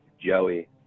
Joey